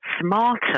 smarter